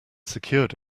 secured